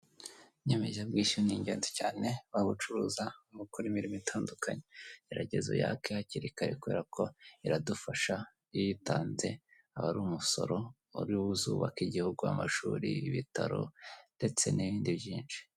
Inyemeza bwishyu ni ingenzi cyane, waba ubucuruza, waba ukora imirimo itandukanye, gerageza uyaka hakiri kare, kubera ko iradufasha iyo uyitanze aba ari umusoro, ariwo uzubaka igihugu, amashuri, ibitaro, ndetse n'ibindi byinshi.